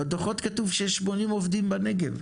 בדו"חות כתוב שיש 80 עובדים בנגב,